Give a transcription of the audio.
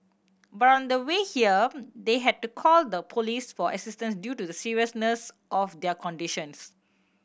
but on the way here they had to call the police for assistance due to the seriousness of their conditions